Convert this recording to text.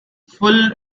full